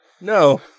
No